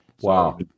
Wow